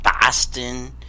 Boston